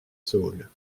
saules